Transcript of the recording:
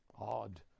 odd